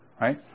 right